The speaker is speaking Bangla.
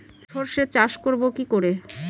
সর্ষে চাষ করব কি করে?